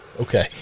Okay